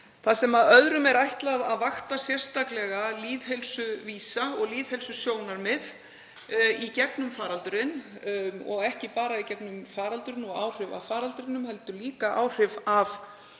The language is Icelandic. þar sem öðrum er ætlað að vakta sérstaklega lýðheilsuvísa og lýðheilsusjónarmið í gegnum faraldurinn, og ekki bara í gegnum faraldurinn og áhrif af faraldrinum, heldur líka áhrif af